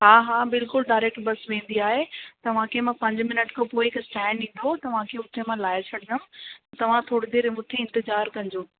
हा हा बिल्कुल डाइरेक्ट बस वेंदी आहे तव्हांखे मां पंज मिनट खां पोइ हिकु स्टेंड ईंदो तव्हांखे हुते मां लाहे छॾींदमि तव्हां थोरी देरि रुकी इंतज़ारु कजो